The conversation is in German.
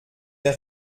der